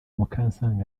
mukansanga